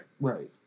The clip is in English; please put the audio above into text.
Right